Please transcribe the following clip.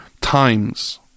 times